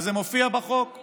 וזה מופיע בחוק, זה